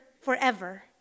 forever